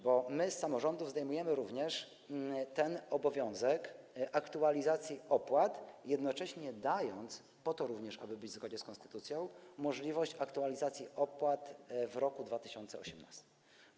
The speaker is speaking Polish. Bo my z samorządów zdejmujemy również obowiązek aktualizacji opłat, jednocześnie dając - również po to, aby było to w zgodzie z konstytucją - możliwość aktualizacji opłat w roku 2018.